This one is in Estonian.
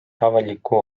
avaliku